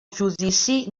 judici